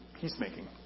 peacemaking